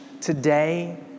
Today